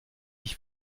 ich